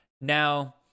now